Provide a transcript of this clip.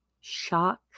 shock